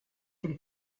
von